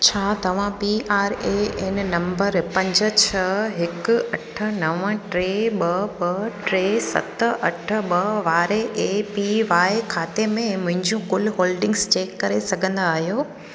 छा तव्हां P R A N number पंज छह हिकु अठ नव टे ॿ ॿ टे सत अठ ॿ वारे ए पी वाए खाते में मुंहिंजियूं कुल होल्डिंगस चेक करे सघंदा आहियो